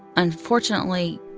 unfortunately,